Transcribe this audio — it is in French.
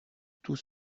tout